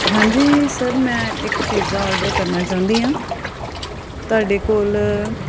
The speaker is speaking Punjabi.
ਹਾਂਜੀ ਸਰ ਮੈਂ ਇੱਕ ਪੀਜ਼ਾ ਔਡਰ ਕਰਨਾ ਚਾਹੁੰਦੀ ਹਾਂ ਤੁਹਾਡੇ ਕੋਲ